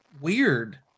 weird